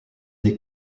des